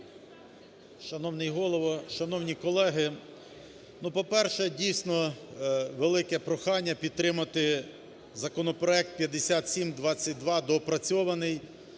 Шановний Голово, шановні колеги! Ну, по-перше, дійсно велике прохання підтримати законопроект 5722 (доопрацьований).